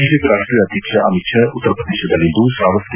BJP ರಾಷ್ವೀಯ ಅಧ್ಯಕ್ಷ ಅಮಿತ್ ಶಾ ಉತ್ತರ ಪ್ರದೇಶದಲ್ಲಿಂದು ಪ್ರಾವಸ್ತಿ